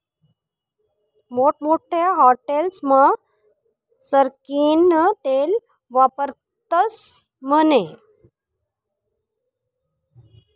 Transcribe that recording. मोठमोठ्या हाटेलस्मा सरकीनं तेल वापरतस म्हने